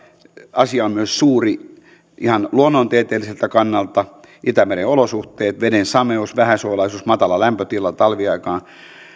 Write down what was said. asia on suuri myös ihan luonnontieteelliseltä kannalta itämeren olosuhteet veden sameus vähäsuolaisuus matala lämpötila talviaikaan